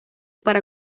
para